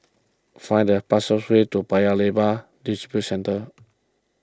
find the fastest way to Paya Lebar Districentre